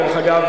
דרך אגב,